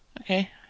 Okay